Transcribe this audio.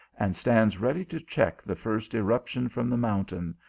and stands ready to check the first irruption from the mountain,